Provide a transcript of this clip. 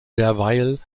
derweil